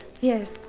Yes